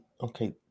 okay